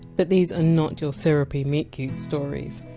but these are not your syrupy meet-cute stories,